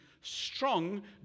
strong